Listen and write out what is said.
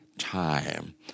time